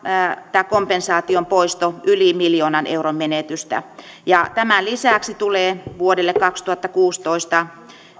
tämä kompensaation poisto tarkoittaa yli miljoonan euron menetystä ja tämän lisäksi yliopistolle tulee vuodelle kaksituhattakuusitoista